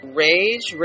rage